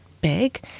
big